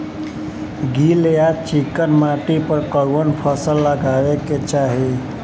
गील या चिकन माटी पर कउन फसल लगावे के चाही?